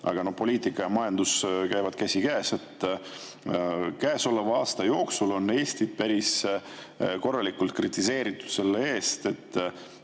aga poliitika ja majandus käivad käsikäes. Käesoleva aasta jooksul on Eestit üsna korralikult kritiseeritud selle eest, et